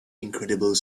incredible